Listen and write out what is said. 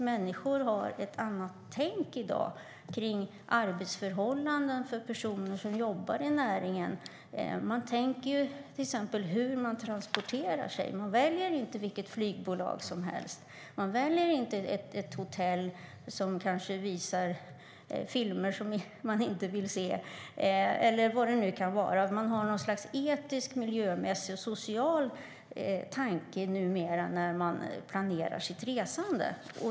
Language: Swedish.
Människor har i dag ett annat tänk kring arbetsförhållanden för personer som jobbar i näringen. Man tänker till exempel på hur man transporterar sig. Man väljer inte vilket flygbolag som helst. Man väljer inte ett hotell som kanske visar filmer som man inte vill se eller vad det nu kan vara - man har numera något slags etisk, miljömässig och social tanke när man planerar sitt resande.